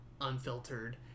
unfiltered